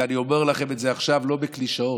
ואני אומר לכם את זה עכשיו לא בקלישאות,